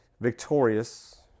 victorious